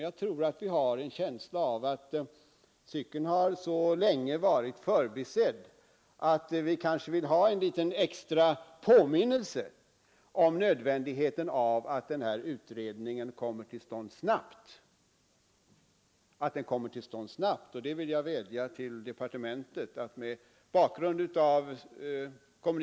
Jag tror att det beror på att många av oss har en känsla av att cykeln har varit förbisedd så länge och att vi därför vill påminna litet extra om nödvändigheten av att den utredning det här gäller kommer till stånd snabbt. Mot bakgrund av kommunikationsministerns positiva uttalande vill jag alltså vädja till departementet om att utredningen tillsätts snarast.